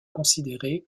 considérés